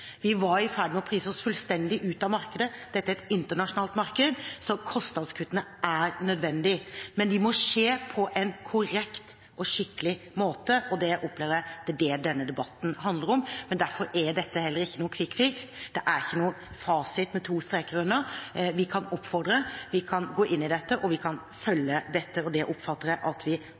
Vi var i ferd med å prise oss fullstendig ut av markedet. Dette er et internasjonalt marked, så kostnadskuttene er nødvendige, men de må skje på en korrekt og skikkelig måte. Det opplever jeg er det denne debatten handler om, men derfor er dette heller ikke noen «quick fix». Det er ikke noen fasit med to streker under. Vi kan oppfordre, vi kan gå inn i dette, og vi kan følge dette, og det oppfatter jeg at vi